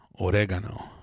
oregano